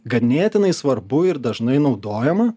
ganėtinai svarbu ir dažnai naudojama